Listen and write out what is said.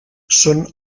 són